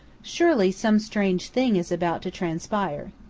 surely, some strange thing is about to transpire.